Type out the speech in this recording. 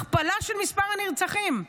הכפלה של מספר הנרצחים.